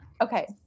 okay